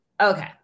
okay